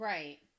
Right